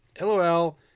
LOL